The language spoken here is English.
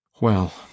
Well